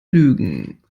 lügen